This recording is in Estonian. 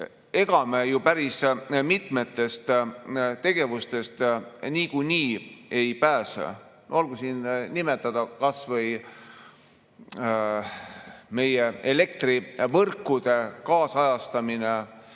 ega me ju päris mitmetest tegevustest niikuinii ei pääse, olgu siin nimetatud kas või meie elektrivõrkude kaasajastamine,